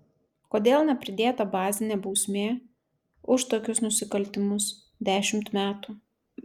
kodėl nepridėta bazinė bausmė už tokius nusikaltimus dešimt metų